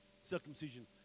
circumcision